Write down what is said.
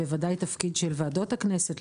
וודאי תפקיד של ועדות הכנסת,